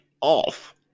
off